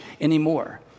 anymore